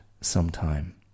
sometime